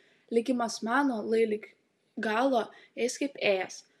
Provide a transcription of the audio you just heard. likimas mano lai lig galo eis kaip ėjęs